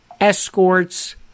escorts